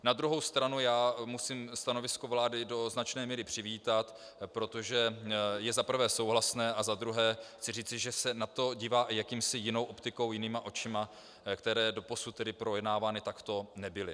Na druhou stranu musím stanovisko vlády do značné míry přivítat, protože je za prvé souhlasné a za druhé se na to dívá jakousi jinou optikou, jinýma očima, které doposud projednávány takto nebyly.